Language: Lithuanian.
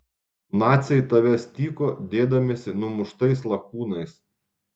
naciai tavęs tyko dėdamiesi numuštais lakūnais